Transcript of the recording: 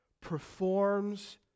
performs